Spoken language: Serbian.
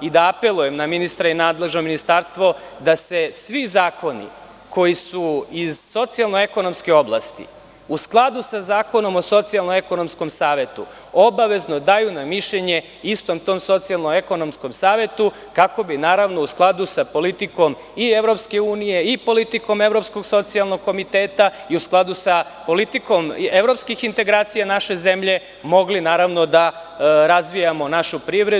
i da apelujem na ministra i nadležno ministarstvo da se svi zakoni koji su iz socijalno ekonomske oblasti, u skladu sa Zakonom o Socijalno ekonomskom savetu, obavezno daju na mišljenje istom tom Socijalno ekonomskom savetu, kako bi, naravno, u skladu sa politikom i EU i politikom Evropskog socijalnog komiteta i u skladu sa politikom evropskih integracija naše zemlje, mogli da razvijamo našu privredu.